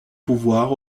pouvoir